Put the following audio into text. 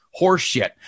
Horseshit